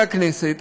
עמיתי חברי הכנסת,